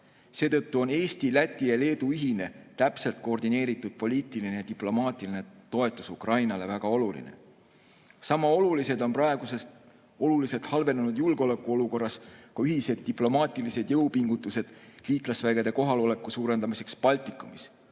on Eesti, Läti ja Leedu ühine, täpselt koordineeritud poliitiline ja diplomaatiline toetus Ukrainale väga oluline. Sama olulised on praeguses märksa halvenenud julgeolekuolukorras ka ühised diplomaatilised jõupingutused liitlasvägede kohaloleku suurendamiseks Baltikumis.